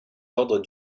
ordres